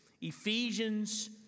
Ephesians